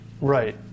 Right